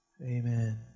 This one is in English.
Amen